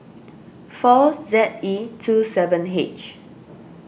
four Z E two seven H